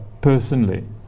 personally